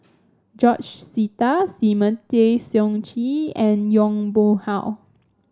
George Sita Simon Tay Seong Chee and Yong Pung How